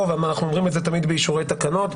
ואנחנו אומרים את זה תמיד באישורי תקנות,